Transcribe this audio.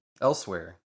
Elsewhere